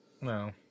no